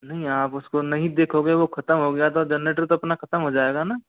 नहीं आप उसको नहीं देखोगे वो खतम हो गया तो जननेटर तो अपना खतम हो जाएगा ना